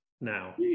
now